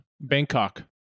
Bangkok